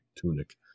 tunic